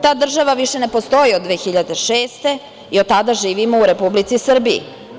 Ta država više ne postoji od 2006. godine i od tada živimo u Republici Srbiji.